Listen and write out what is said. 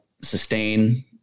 sustain